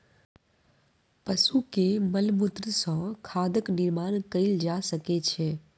पशु के मलमूत्र सॅ खादक निर्माण कयल जा सकै छै